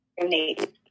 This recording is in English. donate